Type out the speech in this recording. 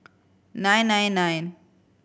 nine nine nine